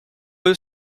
eux